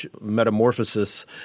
metamorphosis